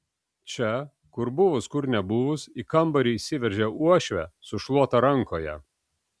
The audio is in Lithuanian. čia kur buvus kur nebuvus į kambarį įsiveržia uošvė su šluota rankoje